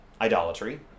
idolatry